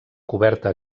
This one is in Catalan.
coberta